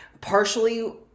partially